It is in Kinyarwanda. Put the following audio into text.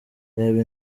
reba